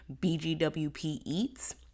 BGWPEATS